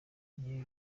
niyo